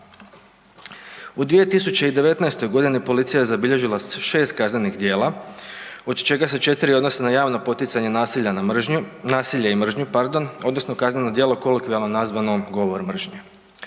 U 2019. godini policija je zabilježila 6 kaznenih djela od čega se 4 odnosi na javno poticanje nasilje i mržnju odnosno kazneno djelo kolokvijalno nazvano govor mržnje.